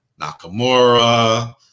Nakamura